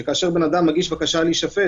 כאשר בן אדם מגיש בקשה להישפט